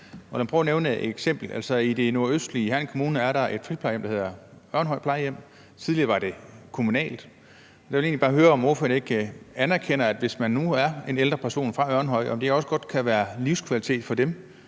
Lad mig prøve at nævne et eksempel. I den nordøstlige del af Herning Kommune er der et friplejehjem, der hedder Ørnhøj Friplejehjem, tidligere var det kommunalt, og jeg vil egentlig bare høre, om ordføreren ikke anerkender, at hvis man nu er en ældre person fra Ørnhøj, kan det også godt være livskvalitet at komme